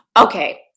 okay